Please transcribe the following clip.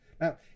Now